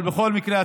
אבל בכל מקרה,